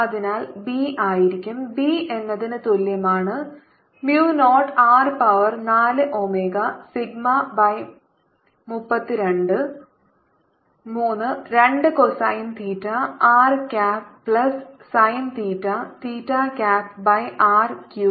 അതിനാൽ B ആയിരിക്കും B എന്നതിന് തുല്യമാണ് mu naught R power 4 omega sigma by 3 2 cosine theta r cap plus sine theta theta cap by r Cuba